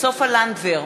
סופה לנדבר,